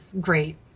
great